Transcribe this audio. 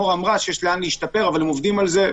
מור אמרה שיש לאן להשתפר, אבל הם עובדים על זה.